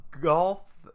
golf